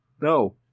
No